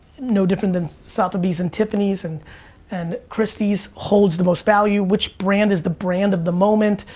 no different than sotheby's and tiffany's and and christie's holds the most value. which brand is the brand of the moment?